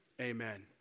Amen